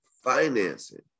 financing